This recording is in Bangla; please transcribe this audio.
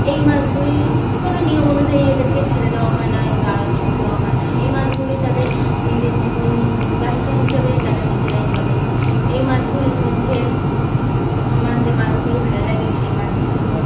এই মাছগুলি কোনো নিয়ম অনুযায়ী এদেরকে ছেড়ে দেওয়া হয় না বা খেতে দেওয়া হয় না এই মাছগুলি তাদের নিজের জীবনবাহিকা হিসেবে তারা নিজেরাই চলে এই মাছগুলির মধ্যে আমার যে মাছগুলি ভালো লাগে সেই মাছগুলি হলো